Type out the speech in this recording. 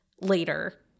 later